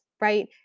right